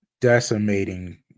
decimating